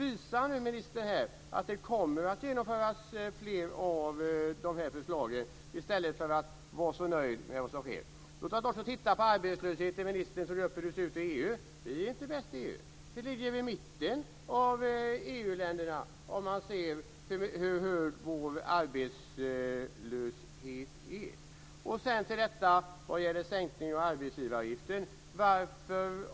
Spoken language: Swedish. Visa nu, ministern, att fler av förslagen kommer att genomföras i stället för att vara så nöjd med vad som sker. Låt oss titta på frågan om arbetslösheten. Ministern har tagit upp hur det ser ut i EU. Vi är inte bäst i EU. Vi ligger i mitten av EU-länderna i fråga om arbetslöshet. Sedan var det frågan om sänkning av arbetsgivaravgiften.